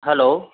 hello